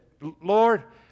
Lord